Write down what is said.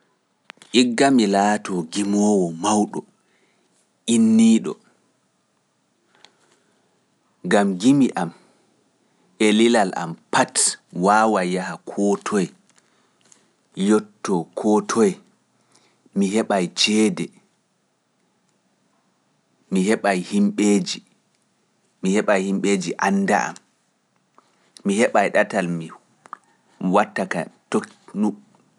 Igga mi laatoo gimowo mawɗo inniiɗo, gam jimi am e lilal am pat waawa yaha koo toye, yottoo koo toye, mi heɓa ceede, mi heɓa himɓeeji, mi heɓa himɓeeji annda am, mi heɓa ɗatal mi watta ka tokkugo e mi nelba lile.